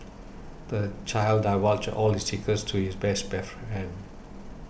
the child divulged all his secrets to his best friend